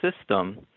system